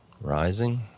Rising